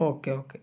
okay okay